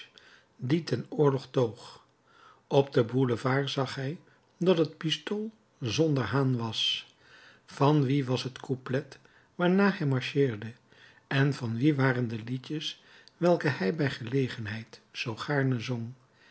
die ten oorlog toog op den boulevard zag hij dat het pistool zonder haan was van wien was het couplet waarnaar hij marcheerde en van wie waren de liedjes welke hij bij gelegenheid zoo gaarne zong